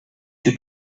you